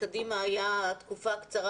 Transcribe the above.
מקדימה היה תקופה קצרה